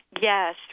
Yes